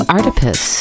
Artipus